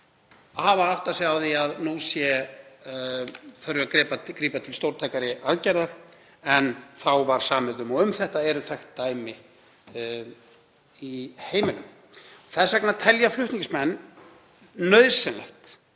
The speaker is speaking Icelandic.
hafa áttað sig á því að nú þurfi að grípa til stórtækari aðgerða en þá var samið um. Um þetta eru þekkt dæmi í heiminum. Þess vegna telja flutningsmenn nauðsynlegt